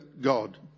god